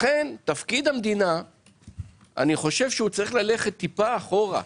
לכן תפקיד המדינה צריך ללכת קצת אחורה,